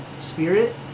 spirit